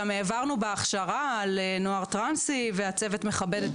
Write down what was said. גם העברנו הכשרה על נוער טרנסי והצוות מכבד את